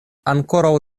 ankoraŭ